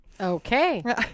Okay